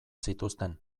zituzten